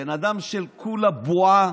בן אדם של כולה בועה,